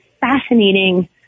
fascinating